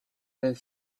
and